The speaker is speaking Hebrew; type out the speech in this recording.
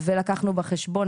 ולקחנו בחשבון,